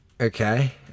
Okay